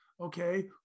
okay